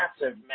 massive